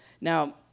Now